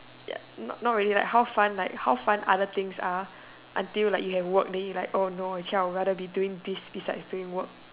ya not not really like how fun like how fun other things are until like you have work then you like oh no I will rather do this besides doing work